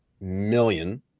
million